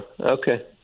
Okay